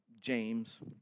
James